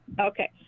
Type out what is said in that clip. Okay